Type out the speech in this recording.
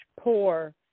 poor